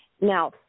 Now